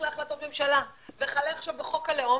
בהחלטות ממשלה וכלה עכשיו בחוק הלאום,